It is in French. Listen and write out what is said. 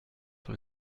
sur